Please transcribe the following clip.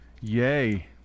yay